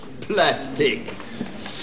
Plastics